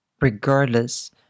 regardless